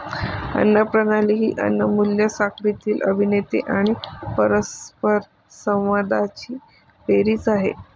अन्न प्रणाली ही अन्न मूल्य साखळीतील अभिनेते आणि परस्परसंवादांची बेरीज आहे